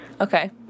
Okay